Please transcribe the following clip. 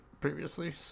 previously